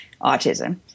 autism